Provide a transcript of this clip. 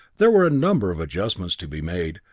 there were a number of adjustments to be made,